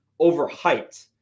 overhyped